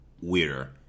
weirder